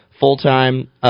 Full-time